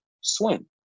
swim